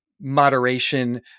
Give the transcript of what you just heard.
moderation